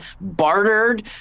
bartered